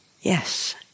yes